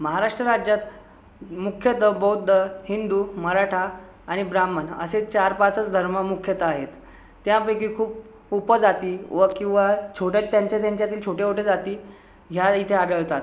महाराष्ट्र राज्यात मुख्यतः बौद्ध हिंदू मराठा आणि ब्राह्मण असे चार पाचच धर्म मुख्यतः आहेत त्यापैकी खूप उपजाती व किंवा छोट्या त्यांच्या त्यांच्यातील छोट्या ओट्या जाती ह्या इथे आढळतात